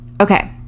Okay